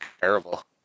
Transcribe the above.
terrible